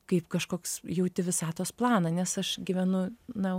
kaip kažkoks jauti visatos planą nes aš gyvenu na